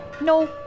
No